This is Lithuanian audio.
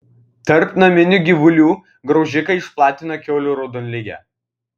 tarp naminių gyvulių graužikai išplatina kiaulių raudonligę